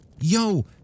yo